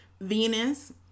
Venus